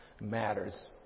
matters